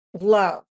love